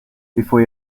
bevor